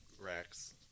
racks